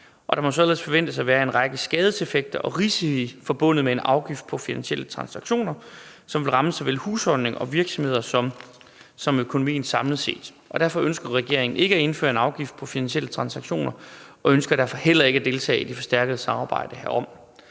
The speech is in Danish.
der må således forventes at være en række skadeseffekter og risici forbundet med en afgift på finansielle transaktioner, som vil ramme såvel husholdninger og virksomheder som økonomien samlet set. Derfor ønsker regeringen ikke at indføre en afgift på finansielle transaktioner og ønsker derfor heller ikke at deltage i det forstærkede samarbejde herom.